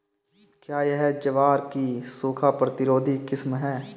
क्या यह ज्वार की सूखा प्रतिरोधी किस्म है?